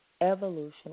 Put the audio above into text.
evolution